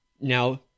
Now